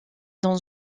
dans